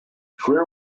fue